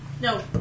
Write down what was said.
No